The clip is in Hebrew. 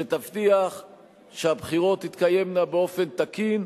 שתבטיח שהבחירות תתקיימנה באופן תקין,